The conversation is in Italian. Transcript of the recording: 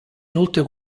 inoltre